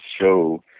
show